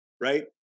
right